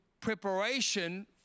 preparation